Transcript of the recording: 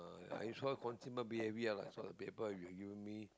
uh I saw consumer behaviour lah I saw the paper you have given me